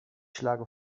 schlage